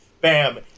Bam